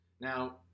Now